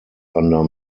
under